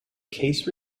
case